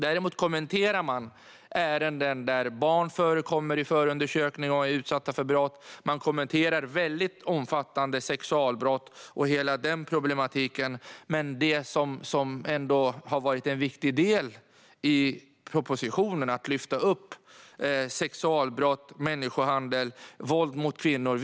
Däremot kommenterar man ärenden där barn förekommer i förundersökning och är utsatta för brott. Man kommenterar väldigt omfattande sexualbrott och hela den problematiken. Det som har varit en viktig del i propositionen är att lyfta upp sexualbrott, människohandel och våld mot kvinnor.